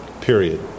period